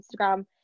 Instagram